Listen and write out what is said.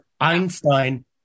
Einstein